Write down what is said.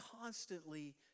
constantly